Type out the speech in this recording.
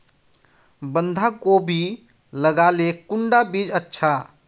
बंधाकोबी लगाले कुंडा बीज अच्छा?